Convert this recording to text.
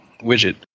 widget